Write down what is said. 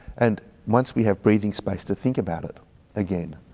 and once we have breathing space to think about it again,